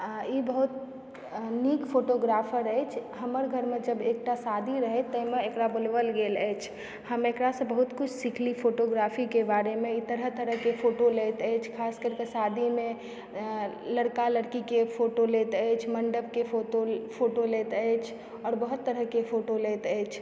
आ ई बहुत नीक फोटोग्राफर अछि हमर घरमे जब एकटा शादी रहय ताहिमे एकरा बोलबल गेल अछि हम एकरासँ बहुत किछु सीखलूँ फोटोग्राफीके बारेमे इ तरह तरह के फोटो लेत अछि खास करिकऽ शादीमे लड़का लड़कीके फोटो लैत अछि मंडपके फोटो लैत अछि आओर बहुत तरहके फोटो लैत अछि